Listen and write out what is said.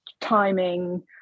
timing